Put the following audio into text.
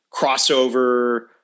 crossover